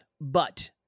but-